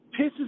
pisses